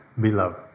beloved